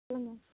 சொல்லுங்கள்